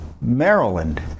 Maryland